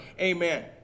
Amen